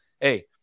hey